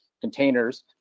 containers